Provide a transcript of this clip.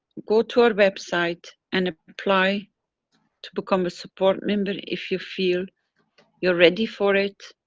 go to our website and apply to become a support member if you feel you are ready for it.